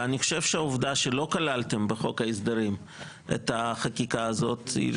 אני חושב שהעובדה שלא כללתם בחוק ההסדרים את החקיקה הזאת.